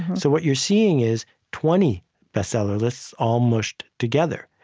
so what you're seeing is twenty best-seller lists all mushed together.